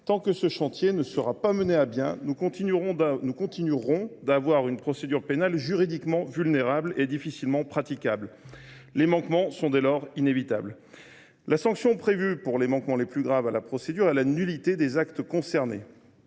Tant que ce chantier ne sera pas mené à bien, nous continuerons d’avoir une procédure pénale juridiquement vulnérable et difficilement praticable. Les manquements sont, dès lors, inévitables. La sanction prévue pour les manquements les plus graves à la procédure est la nullité des actes concernés.